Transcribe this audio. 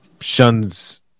shuns